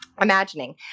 Imagining